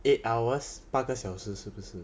eight hours 八个小时是不是